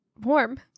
warm